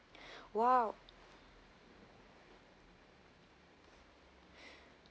!wow!